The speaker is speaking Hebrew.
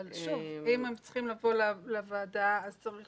אבל שוב, אם הם צריכים לבוא לוועדה, אז צריך